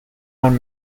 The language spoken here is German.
man